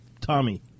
Tommy